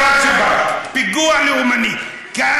הייתה חקירת שב"כ, פיגוע לאומני.